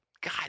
God